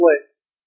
place